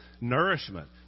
nourishment